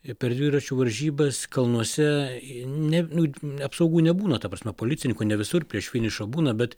per dviračių varžybas kalnuose ne nu apsaugų nebūna ta prasme policininkų ne visur prieš finišą būna bet